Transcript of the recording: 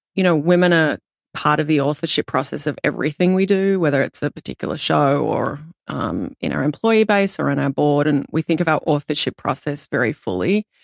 you know, women are ah part of the authorship process of everything we do, whether it's a particular show or um in our employee base or in our board. and we think of our authorship process very fully.